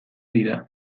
dira